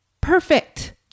perfect